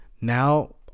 Now